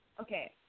Okay